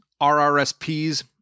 RRSPs